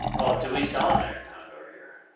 oh, do we sell an iron condor here,